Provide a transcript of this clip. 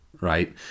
Right